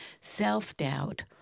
self-doubt